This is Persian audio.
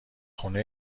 خونه